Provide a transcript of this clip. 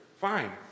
fine